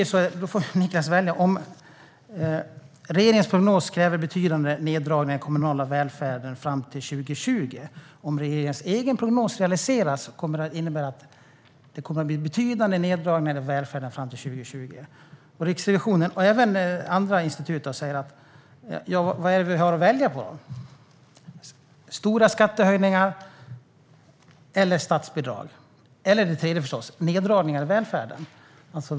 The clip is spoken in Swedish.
Man skriver att regeringens prognos kräver betydande neddragningar i den kommunala välfärden fram till 2020 och att det, om regeringens egen prognos realiseras, kommer att bli betydande neddragningar i välfärden fram till 2020. Riksrevisionen och även andra institut ställer frågan vad vi har att välja mellan. Är det stora skattehöjningar eller statsbidrag, eller - förstås - det tredje alternativet, som är neddragningar i välfärden?